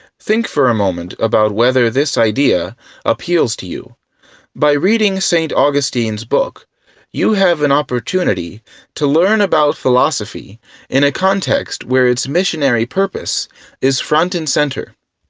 think for a moment about whether this idea appeals to you by reading st. augustine's book you have an opportunity to learn about philosophy in a context where its missionary purpose is front and center.